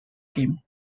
game